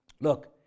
look